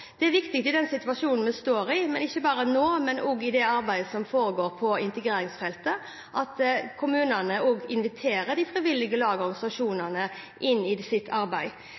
Det er viktig i den situasjonen vi står i – ikke bare nå, men også i det arbeidet som foregår på integreringsfeltet – at kommunene inviterer de frivillige lagene og organisasjonene inn i sitt arbeid.